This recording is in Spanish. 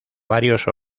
varios